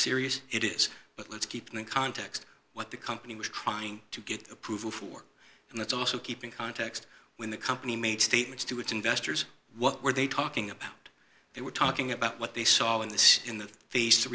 serious it is but let's keep in context what the company was trying to get approval for and that's also keeping context when the company made statements to its investors what were they talking about they were talking about what they saw in this in the face